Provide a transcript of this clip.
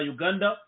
Uganda